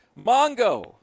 Mongo